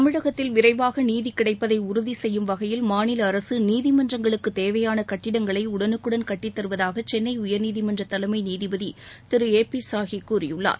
தமிழகத்தில் விரைவாக நீதி கிடைப்பதை உறுதி செய்யும்வகையில் மாநில அரசு நீதிமன்றங்களுக்கு தேவையான் கட்டடடங்களை உடலுக்குடன் கட்டித் தருவதாக கென்னை உயர்நீதிமன்ற தலைமை நீதிபதி திரு ஏ பி சாஹி கூறியுள்ளார்